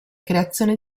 creazione